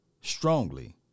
strongly